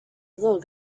little